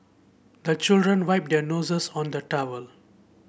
the children wipe their noses on the towel